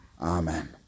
Amen